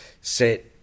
set